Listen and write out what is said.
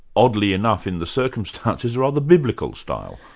oddly enough in the circumstances, rather biblical style.